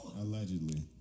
Allegedly